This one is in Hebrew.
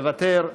מוותר,